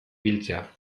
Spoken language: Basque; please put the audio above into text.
biltzea